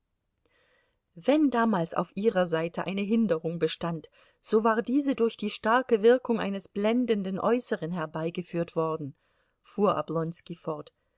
wenn damals auf ihrer seite eine hinderung bestand so war diese durch die starke wirkung eines blendenden äußeren herbeigeführt worden fuhr oblonski fort